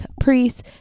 Caprice